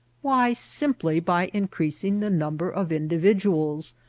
why, simply by increasing the number of individuals,